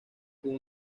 con